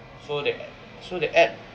so they so they add